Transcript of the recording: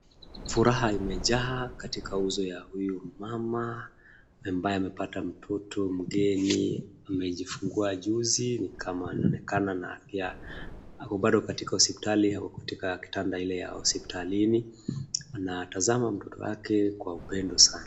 Furaha imejaa katika uso ya huyu mama ambaye amepata mtoto mgeni. Amejifungua juzi ni kama anaonekana na pia ako bado katika hospitali au katika kitanda ile ya hospitalini. Anatazama mtoto wake kwa upendo sana.